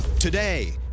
Today